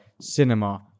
cinema